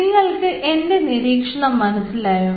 നിങ്ങൾക്ക് എൻറെ നിരീക്ഷണം മനസ്സിലായല്ലോ